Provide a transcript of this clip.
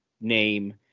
name